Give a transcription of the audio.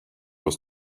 was